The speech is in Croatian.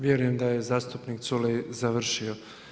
Vjerujem da je zastupnik Culej završio.